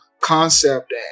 concept